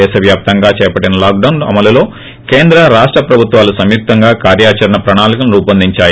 దేశవ్యాప్తంగా చేపట్లిన లాక్డాన్ అమలులో కేంద్ర రాష్ల ప్రభుత్వాలు సంయుక్తంగా కార్యాచరణ ప్రణాళికను రూపొందించాయి